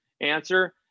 answer